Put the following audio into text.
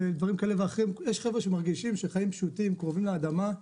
יש חבר'ה שמרגישים שחיים פשוטים, קרובים לאדמה,